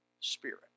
Spirit